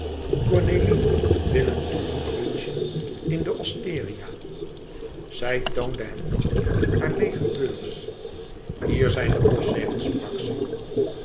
cornélie willen we liever niet lunchen in de osteria zij toonde hem lachend haar leêge beurs hier zijn de postzegels sprak ze